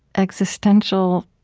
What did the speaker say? existential,